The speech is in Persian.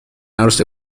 عروس